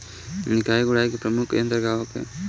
निकाई गुराई के प्रमुख यंत्र कौन होखे?